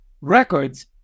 records